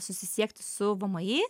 susisiekti su vmi